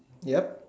ya